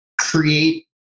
create